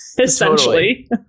essentially